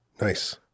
nice